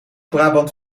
brabant